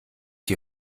die